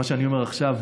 מה שאני אומר עכשיו,